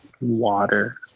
Water